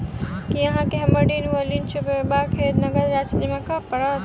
की अहाँ केँ हमरा ऋण वा लोन चुकेबाक हेतु नगद राशि जमा करऽ पड़त?